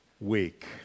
week